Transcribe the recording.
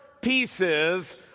pieces